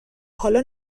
حالا